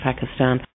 Pakistan